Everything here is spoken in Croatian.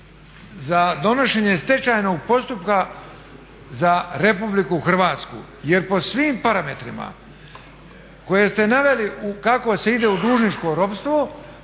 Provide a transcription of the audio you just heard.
za donošenje stečajnog postupka za Republiku Hrvatsku jer po svim parametrima koje se naveli kako se ide u dužničko ropstvo